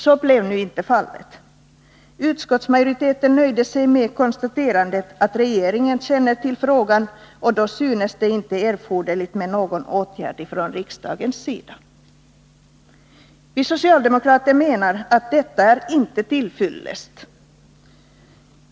Så blev nu inte fallet. Utskottsmajoriteten nöjde sig med att konstatera att regeringen känner till frågan och att det därför inte synes erforderligt med någon åtgärd från riksdagens sida. Vi socialdemokrater menar att detta inte är till fyllest.